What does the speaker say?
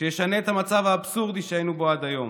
שישנה את המצב האבסורדי שהיינו בו עד היום.